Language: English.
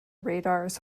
radars